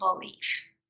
belief